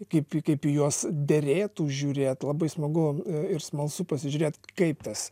kaip kaip į juos derėtų žiūrėt labai smagu ir smalsu pasižiūrėt kaip tas